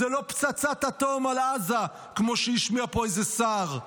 זו לא פצצת אטום על עזה, כמו שהשמיע פה איזה שר.